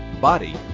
body